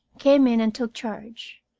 came in and took charge.